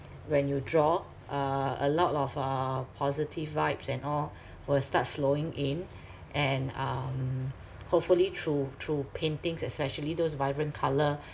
when you draw uh a lot of uh positive vibes and all will start flowing in and um hopefully through through paintings especially those vibrant colour